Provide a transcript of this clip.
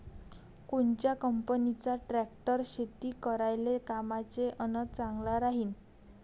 कोनच्या कंपनीचा ट्रॅक्टर शेती करायले कामाचे अन चांगला राहीनं?